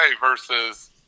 versus